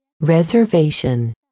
Reservation